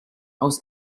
aus